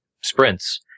sprints